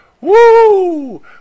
Woo